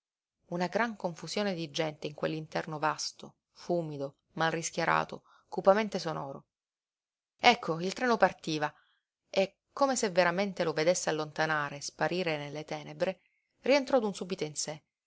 una gran confusione di gente in quell'interno vasto fumido mal rischiarato cupamente sonoro ecco il treno partiva e come se veramente lo vedesse allontanare e sparire nelle tenebre rientrò d'un subito in sé